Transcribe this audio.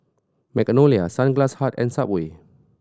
Magnolia Sunglass Hut and Subway